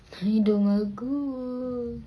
hidung aku